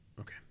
okay